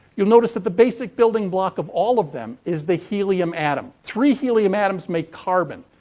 you'll notice that the basic building block of all of them is the helium atom. three helium atoms made carbon.